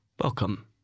Welcome